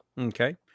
Okay